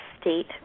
state